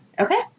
Okay